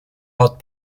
hot